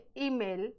email